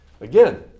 Again